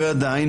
ועדיין,